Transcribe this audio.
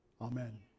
Amen